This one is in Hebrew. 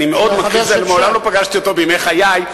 אני מאוד מכחיש, מעולם לא פגשתי אותו, בימי חיי.